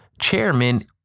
chairman